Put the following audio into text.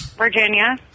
Virginia